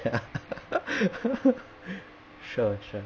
sure sure